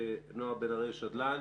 נועה בן אריה שדלן.